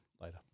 later